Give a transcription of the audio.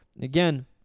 Again